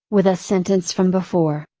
with a sentence from before.